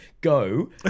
Go